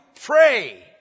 pray